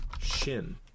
shin